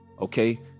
okay